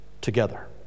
together